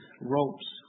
ropes